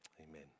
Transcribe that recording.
amen